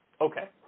Okay